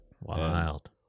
Wild